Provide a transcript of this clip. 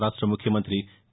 రాష్ట్ర ముఖ్యమంతి కే